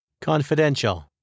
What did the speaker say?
Confidential